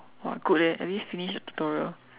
!wah! good eh at least finish the tutorial